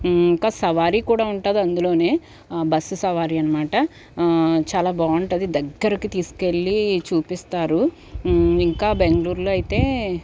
ఇంకా సవారీ కూడా ఉంటుంది అందులోనే బస్సు సవారి అనమాట చాలా బాగుంటుంది దగ్గరికి తీసుకెళ్ళి చూపిస్తారు ఇంకా బెంగళూరులో అయితే